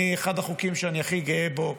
אחד החוקים שאני הכי גאה בו,